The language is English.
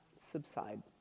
subside